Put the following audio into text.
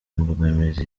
imbogamizi